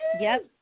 Yes